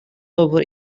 over